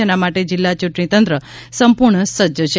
જેના માટે જિલ્લા ચૂંટણીતંત્ર સંપૂર્ણ સજ્જ છે